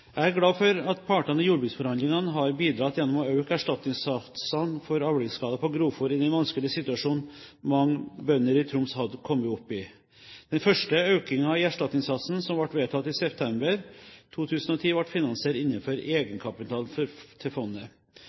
Jeg er glad for at partene i jordbruksforhandlingene har bidratt gjennom å øke erstatningssatsene for avlingsskader på grovfôr i den vanskelige situasjonen mange bønder i Troms hadde kommet opp i. Den første økningen i erstatningssatsen, som ble vedtatt i september 2010, ble finansiert innenfor egenkapitalen til fondet.